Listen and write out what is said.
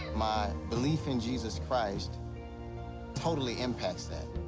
my belief in jesus christ totally impacts that.